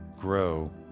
grow